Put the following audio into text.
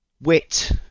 wit